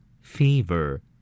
Fever